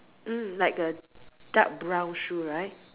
mm like a dark brown shoe right